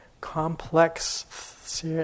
complex